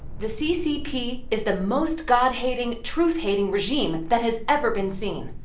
the ccp is the most god-hating, truth-hating regime that has ever been seen.